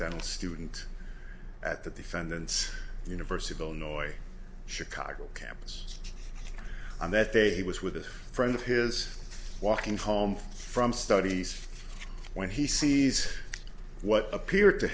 r student at the defendant's universe of illinois chicago campus and that day he was with a friend of his walking home from studies when he sees what appeared to